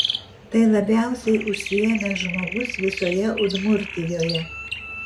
tai labiausiai užsiėmęs žmogus visoje udmurtijoje